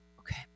okay